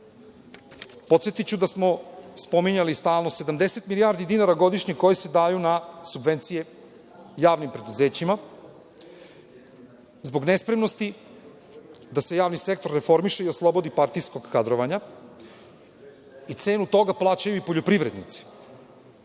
podsetiću da smo spominjali stalno 70 milijardi dinara godišnje koji se daju na subvencije javnim preduzećima, zbog nespremnosti da se javni sektor reformiše i oslobodi partijskog kadrovanja. Cenu toga plaćaju i poljoprivrednici.